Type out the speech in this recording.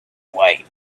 way